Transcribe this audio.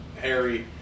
Harry